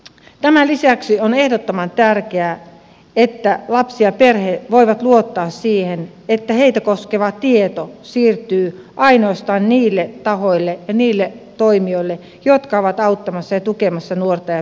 tämän lisäksi on ehdottoman tärkeää että lapsi ja perhe voivat luottaa siihen että heitä koskeva tieto siirtyy ainoastaan niille tahoille ja niille toimijoille jotka ovat auttamassa ja tukemassa nuorta ja perhettä